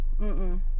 mm-mm